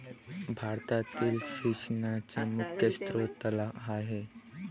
भारतातील सिंचनाचा मुख्य स्रोत तलाव आहे